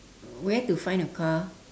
where to find a car